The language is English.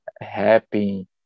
happy